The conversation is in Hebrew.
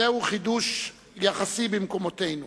זהו חידוש יחסי במקומותינו.